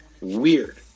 weird